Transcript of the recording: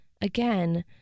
again